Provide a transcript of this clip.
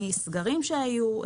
מסגרים שהיו,